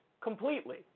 completely